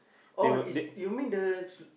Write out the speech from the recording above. oh is you mean the